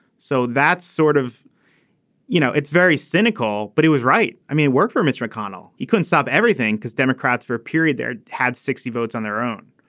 so that's sort of you know it's very cynical but he was right. i mean it worked for mitch mcconnell. he couldn't solve everything because democrats for a period there had sixty votes on their own.